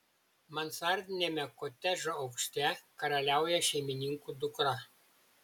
mansardiniame kotedžo aukšte karaliauja šeimininkų dukra